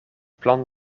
plan